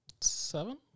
Seven